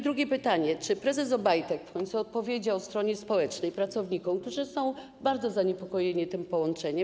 Drugie pytanie: Czy prezes Obajtek w końcu odpowiedział stronie społecznej, pracownikom, którzy są bardzo zaniepokojeni tym połączeniem?